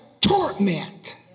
torment